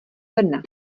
brna